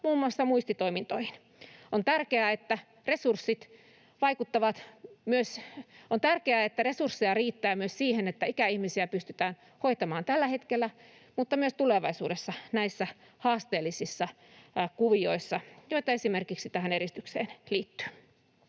muun muassa muistitoimintoihin. On tärkeää, että resursseja riittää myös siihen, että ikäihmisiä pystytään hoitamaan tällä hetkellä mutta myös tulevaisuudessa näissä haasteellisissa kuvioissa, joita esimerkiksi tähän eristykseen liittyy.